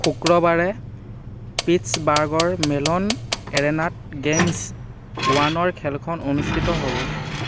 শুক্ৰবাৰে পিট্ছবাৰ্গৰ মেলন এৰেনাত গেইমছ ওৱানৰ খেলখন অনুষ্ঠিত হ'ব